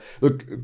look